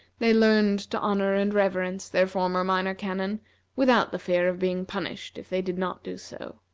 they learned to honor and reverence their former minor canon without the fear of being punished if they did not do so.